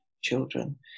children